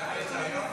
נקבל את זה היום?